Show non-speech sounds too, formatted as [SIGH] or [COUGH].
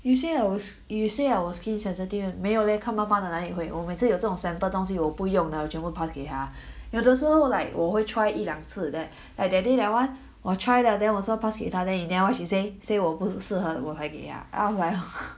you say our you say our sensitive 没有咧看妈妈的哪里会我每次有这种 sample 东西我不用的我全部 pass 给她 [BREATH] y~ 有的时候 like 我会 try 一两次 like that [BREATH] like that day that one 我 try 了 then 我是要 pass 给她 then in the end what she say say 我不适合我还给她啊 I was like [BREATH]